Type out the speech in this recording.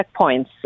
checkpoints